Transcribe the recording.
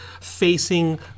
facing